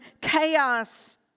chaos